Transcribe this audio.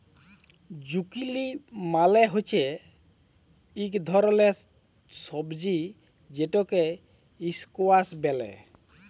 zucchini মালে হচ্যে ইক ধরলের সবজি যেটকে ইসকোয়াস ব্যলে